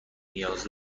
نیاز